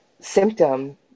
symptom